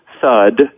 thud